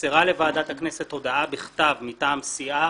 - נמסרה לוועדת הכנסת הודעה בכתב מטעם סיעה